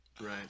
Right